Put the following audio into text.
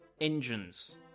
engines